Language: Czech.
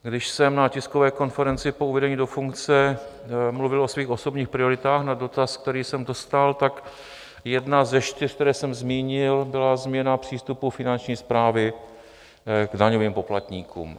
Když jsem na tiskové konferenci po uvedení do funkce mluvil o svých osobních prioritách na dotaz, který jsem dostal, tak jedna ze čtyř, které jsem zmínil, byla změna přístupu Finanční správy k daňovým poplatníkům.